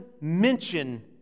mention